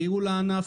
לייעול הענף,